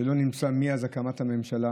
שלא נמצאו מאז הקמת הממשלה.